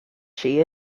she